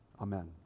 Amen